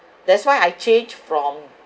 that's why I change from